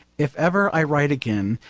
if ever i write again,